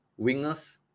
Wingers